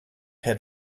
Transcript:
had